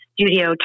studio